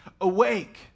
awake